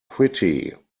pretty